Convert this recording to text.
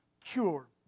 cure